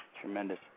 Tremendous